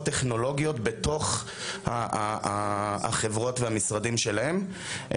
טכנולוגיות בתוך החברות והמשרדים שלהם.